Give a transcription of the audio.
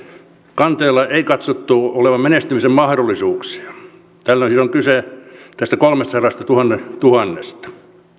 kanteella ei katsottu olevan menestymisen mahdollisuuksia tällöin siis on kyse tästä kolmestasadastatuhannesta